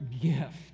gift